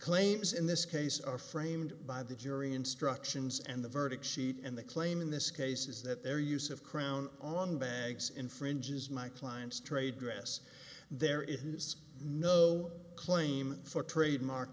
claims in this case are framed by the jury instructions and the verdict sheet and the claim in this case is that their use of crown on bags infringes my client's trade dress there is no claim for trademark